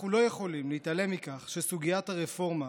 אנחנו לא יכולים להתעלם מכך שסוגיית הרפורמה,